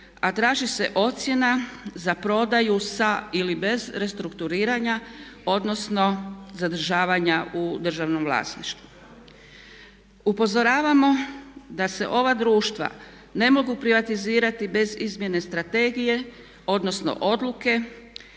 a traži se ocjena za prodaju sa ili bez restrukturiranja odnosno zadržavanja u državnom vlasništvu. Upozoravamo da se ova društva ne mogu privatizirati bez izmjene strategije odnosno odluke